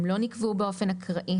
הם לא נקבעו באופן אקראי.